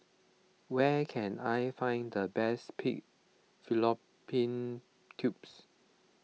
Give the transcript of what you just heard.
where can I find the best Pig Fallopian Tubes